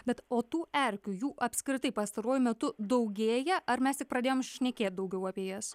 bet o tų erkių jų apskritai pastaruoju metu daugėja ar mes tik pradėjom šnekėt daugiau apie jas